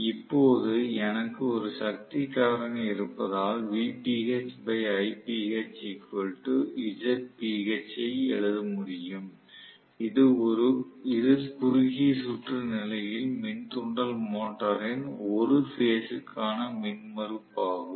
இப்போது எனக்கு ஒரு சக்தி காரணி இருப்பதால் ஐ எழுத முடியும் இது குறுகிய சுற்று நிலையில் மின் தூண்டல் மோட்டரின் ஒரு பேஸ் க்கான மின்மறுப்பு ஆகும்